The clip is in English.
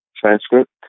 transcript